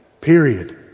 Period